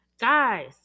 Guys